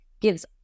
gives